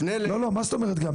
מה זאת אומרת גם?